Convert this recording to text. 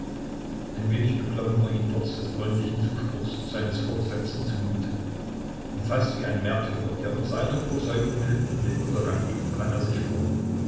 ein wenig beklommen war ihn trotz des freundlichen zuspruchs seines vorgesetzten zu mute und fast wie ein märtyrer der um seiner überzeugung willen in den untergang geht kam er sich vor